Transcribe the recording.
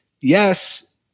Yes